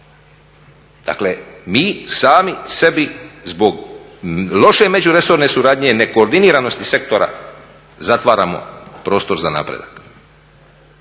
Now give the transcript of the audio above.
dakle mi sami sebi zbog loše međuresorne suradnje, ne koordiniranosti sektora zatvaramo prostor za napredak.